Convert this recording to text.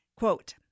Quote